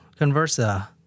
Conversa